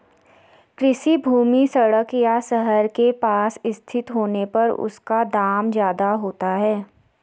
कृषि भूमि सड़क या शहर के पास स्थित होने पर उसका दाम ज्यादा होता है